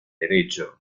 derecho